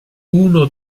uno